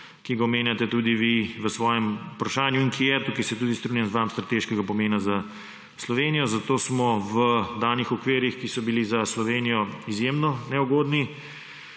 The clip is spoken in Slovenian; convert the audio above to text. ki ga omenjate tudi v svojem vprašanju in ki je, tukaj se tudi strinjam z vami, strateškega pomena za Slovenijo. Zato smo v danih okvirih, ki so bili za Slovenijo izjemno neugodni,